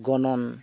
ᱜᱚᱱᱚᱝ